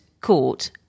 court